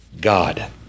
God